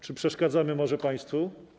Czy przeszkadzamy może państwu?